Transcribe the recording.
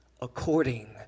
according